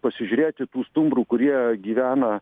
pasižiūrėti tų stumbrų kurie gyvena